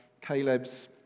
Caleb's